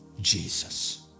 jesus